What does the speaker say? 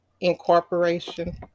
incorporation